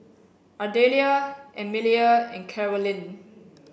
Ardelia Emelia and Carolyne